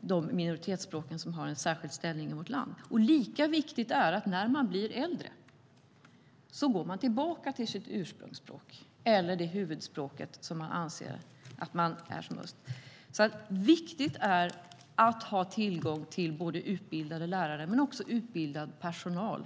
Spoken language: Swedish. de minoritetsspråk som har en särskild ställning i vårt land. Lika viktigt är det när man blir äldre. Då går man tillbaka till sitt ursprungsspråk, eller det huvudspråk som man ser som sitt. Det är viktigt att ha tillgång till utbildade lärare men också utbildad personal.